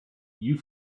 you